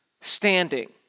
standing